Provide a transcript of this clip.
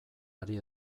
ari